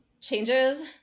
changes